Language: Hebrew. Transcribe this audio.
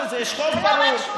יש חוק ברור.